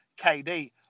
KD